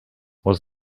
was